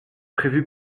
prévu